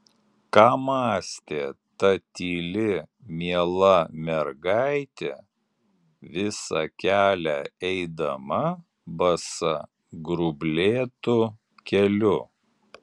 ką mąstė ta tyli miela mergaitė visą kelią eidama basa grublėtu keliu